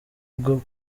ubwo